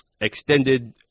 extended